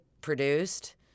produced